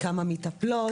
כמה מטפלות.